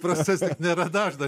procese nėra dažna